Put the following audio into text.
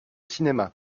cinéma